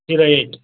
zero eight